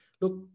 Look